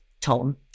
Tom